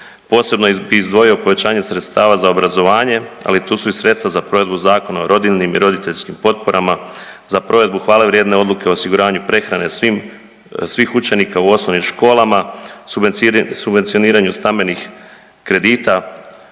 posebno bi izdvojio povećanje sredstava za obrazovanje, ali tu su i sredstva za provedbu Zakona o rodiljnim i roditeljskim potporama, za provedbu hvale vrijedne odluke o osiguranju prehrane svim, svih učenika u osnovnim školama, subvencioniranju stambenih kredita,